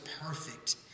perfect